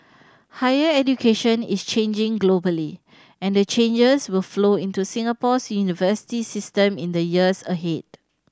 higher education is changing globally and the changes will flow into Singapore's university system in the years ahead